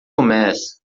começa